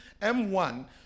M1